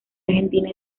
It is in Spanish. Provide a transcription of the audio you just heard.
argentina